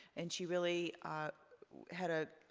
and she really had a